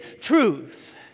truth